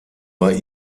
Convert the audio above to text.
bei